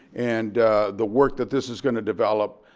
and the work that this is gonna develop,